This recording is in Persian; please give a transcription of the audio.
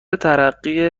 ترقی